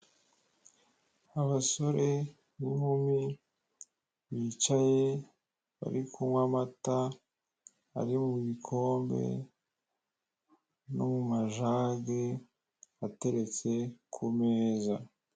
Abasore n'inkumi bicaye bari kunkwa amata ari mubikombe no mumajage ateretse ku meza.